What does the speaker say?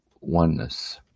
oneness